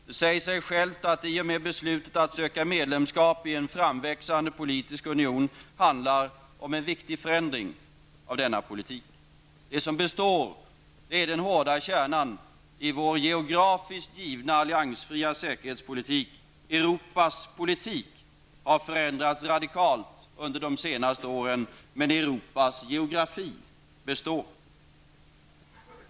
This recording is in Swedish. Det säger sig självt att det, i och med beslutet att söka medlemskap i en framväxande politisk union, handlar om en viktig förändring av denna politik. Det som består, det är den hårda kärnan i vår geografiskt givna alliansfria säkerhetspolitik. Europas politik har förändrats radikalt under de senaste åren, men Europas geografi består.